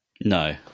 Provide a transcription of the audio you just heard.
No